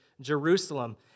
Jerusalem